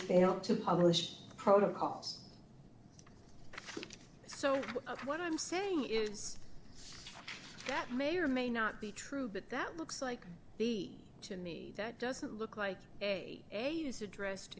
failed to publish the protocols so what i'm saying is that may or may not be true but that looks like b to me that doesn't look like a a use addressed